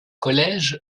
collège